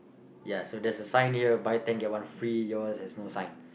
ya there's a sign here buy ten get one free yours there is no sign